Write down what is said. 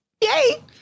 yay